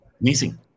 missing